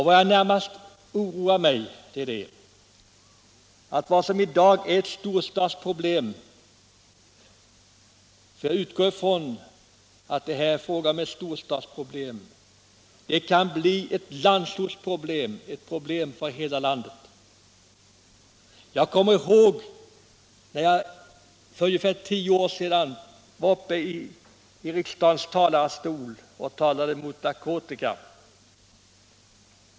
Vad som närmast oroar mig är att vad som i dag är ett storstadsproblem — för jag utgår från att det är ett storstadsproblem — också kan bli ett landsortsproblem. Jag kommer ihåg när jag för ungefär tio år sedan i riksdagen talade mot narkotika.